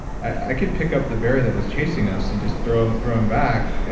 i could pick up the bear that was chasing us and just throw throw him back,